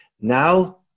Now